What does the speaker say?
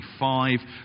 25